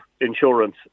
insurance